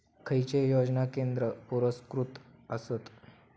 खैचे योजना केंद्र पुरस्कृत आसत?